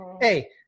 hey